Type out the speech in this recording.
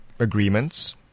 Agreements